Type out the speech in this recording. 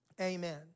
Amen